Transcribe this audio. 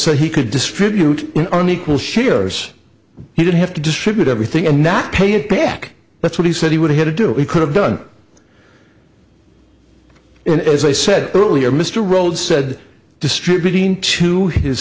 so he could distribute an equal shares he did have to distribute everything and that pay it back that's what he said he would have to do we could have done as i said earlier mr rhodes said distributing to his